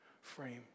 frame